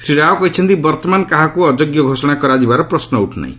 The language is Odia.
ଶ୍ରୀ ରାଓ କହିଛନ୍ତି ବର୍ଭମାନ କାହାକୁ ଅଯୋଗ୍ୟ ଘୋଷଣା କରାଯିବାର ପ୍ରଶ୍ନ ଉଠ୍ନାହିଁ